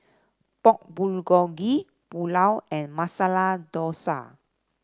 Pork Bulgogi Pulao and Masala Dosa